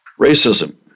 Racism